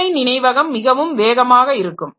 முதன்மை நினைவகம் மிகவும் வேகமாக இருக்கும்